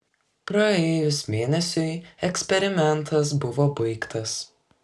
praėjus mėnesiui eksperimentas buvo baigtas